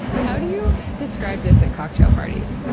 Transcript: how do you describe this at cocktail parties?